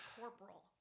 corporal